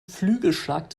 flügelschlag